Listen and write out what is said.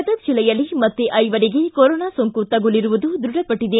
ಗದಗ ಜಿಲ್ಲೆಯಲ್ಲಿ ಮತ್ತೆ ಐವರಿಗೆ ಕೋರೊನಾ ಸೊಂಕು ತಗುಲಿರುವುದು ದೃಢಪಟ್ಟಿದೆ